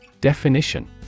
Definition